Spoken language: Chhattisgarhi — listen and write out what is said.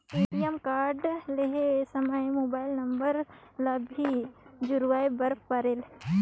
ए.टी.एम कारड लहे समय मोबाइल नंबर ला भी जुड़वाए बर परेल?